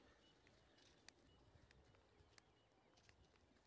Bank हमरा घर loan के लेल फाईनांस कर सके छे?